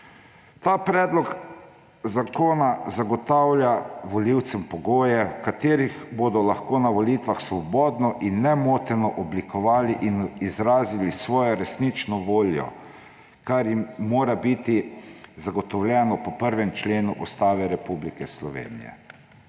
Ta predlog zakona zagotavlja volivcem pogoje, v katerih bodo lahko na volitvah svobodno in nemoteno oblikovali in izrazili svojo resnično voljo, kar jim mora biti zagotovljeno po 1. členu Ustave Republike Slovenije.